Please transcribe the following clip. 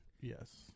Yes